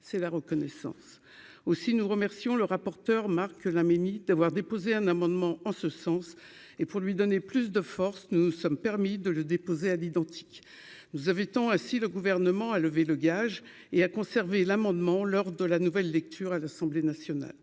c'est la reconnaissance aussi nous remercions le rapporteur Marc Laménie t'avoir déposé un amendement en ce sens et pour lui donner plus de force, nous nous sommes permis de le déposer à l'identique, vous avez tant à si le gouvernement à lever le gage et à conserver l'amendement lors de la nouvelle lecture à l'Assemblée nationale,